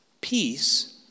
Peace